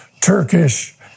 Turkish